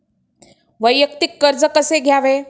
वैयक्तिक कर्ज कसे घ्यावे?